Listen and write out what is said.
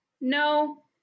no